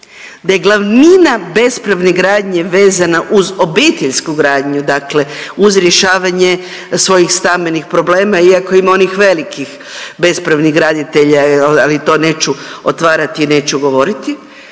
da je glavnina bespravne gradnje vezana uz obiteljsku gradnju, dakle uz rješavanje svojih stambenih problema iako ima onih velikih bespravnih graditelja ali to neću otvarati, neću govoriti.